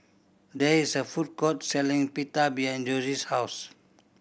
there is a food court selling Pita behind Jossie's house